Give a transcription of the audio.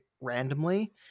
randomly